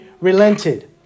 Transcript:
relented